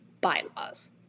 bylaws